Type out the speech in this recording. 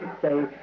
say